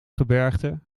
gebergte